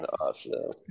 awesome